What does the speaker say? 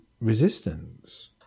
resistance